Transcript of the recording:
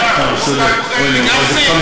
כספים, מטבע הדברים.